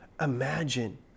Imagine